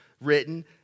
written